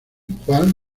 juan